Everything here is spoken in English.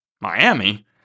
Miami